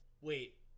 wait